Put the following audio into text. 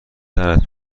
دهنت